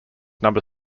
number